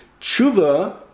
tshuva